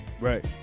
Right